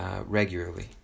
regularly